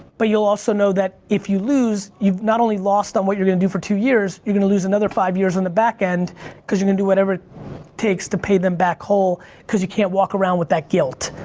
but you'll also know that if you lose, you've not only lost on what you're gonna do for two years, you're gonna lose another five years on the back end cause you're gonna do whatever it takes to pay them back whole cause you can't walk around with that guilt.